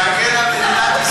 להגן על מדינת ישראל,